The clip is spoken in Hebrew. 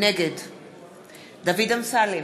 נגד דוד אמסלם,